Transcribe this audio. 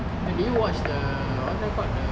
eh did you watch the what's that called the